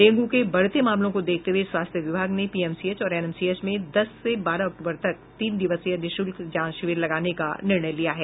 dengue के बढ़ते मामलों को देखते हुये स्वास्थ्य विभाग ने पीएमसीएच और एनएमसीएच में दस से बारह अक्तूबर तीन दिवसीय निःशुल्क जांच शिविर लगाने का निर्णय लिया है